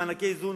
מענקי איזון.